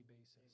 basis